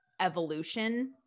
evolution